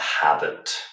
habit